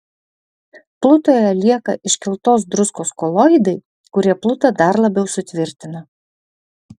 plutoje lieka iškeltos druskos koloidai kurie plutą dar labiau sutvirtina